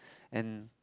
and